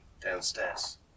downstairs